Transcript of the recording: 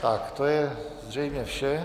Tak to je zřejmě vše.